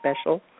special